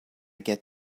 get